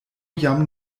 jam